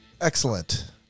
Excellent